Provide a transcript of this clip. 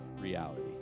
reality